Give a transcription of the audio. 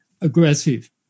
aggressive